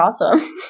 awesome